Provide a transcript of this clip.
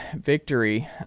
victory